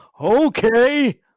Okay